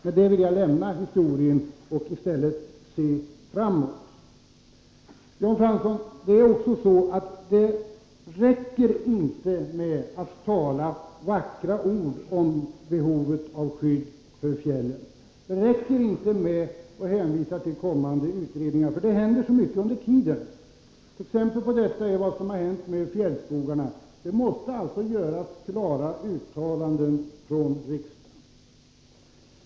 Med det vill jag lämna historien och i stället se framåt. Det är också så, Jan Fransson, att det inte räcker med att tala vackert om behovet av skydd för fjällen. Det räcker inte med att hänvisa till kommande utredningar, för det händer så mycket under tiden. Exempel på detta är vad som har hänt med fjällskogarna. Det måste alltså göras klara uttalanden från riksdagen.